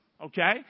Okay